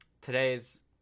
Today's